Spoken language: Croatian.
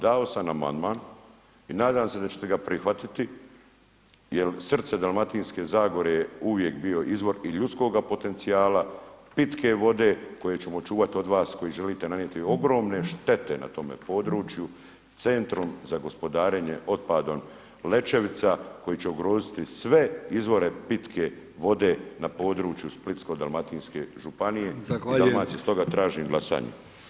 Dao sam amandman i nadam se da ćete ga prihvatiti, jer srce Dalmatinske zagore je uvijek bio izvor i ljudskoga potencijala, pitke vode koje ćemo čuvati od vas koji želite nanijeti ogromne štete na tome području, centrom za gospodarenje otpada Lećevica koji će ugroziti sve izvore pitke vode na području Splitsko-dalmatinske županije i Dalmacije [[Upadica: Zahvaljujem.]] stoga tražim glasanje.